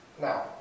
Now